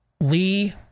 Lee